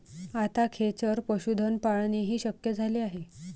आता खेचर पशुधन पाळणेही शक्य झाले आहे